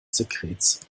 sekrets